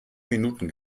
minuten